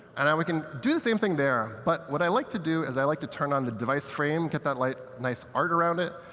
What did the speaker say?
and we can do the same thing there. but what i like to do, is i like to turn on the device frame, get that like nice art around it.